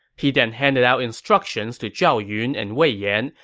he then handed out instructions to zhao yun and wei yan,